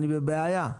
אני בבעיה.